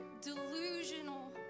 delusional